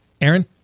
Aaron